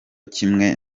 kimwe